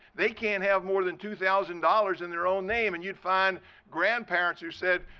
they can't have more than two thousand dollars in their own name and you'd find grandparents who said,